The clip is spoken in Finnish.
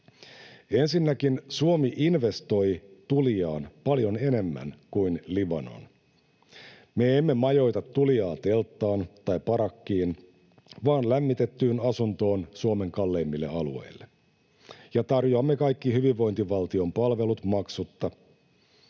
Ensinnäkin Suomi investoi tulijaan paljon enemmän kuin Libanon. Me emme majoita tulijaa telttaan tai parakkiin vaan lämmitettyyn asuntoon Suomen kalleimmille alueille ja tarjoamme kaikki hyvinvointivaltion palvelut maksutta.